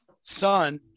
son